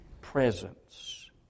presence